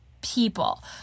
people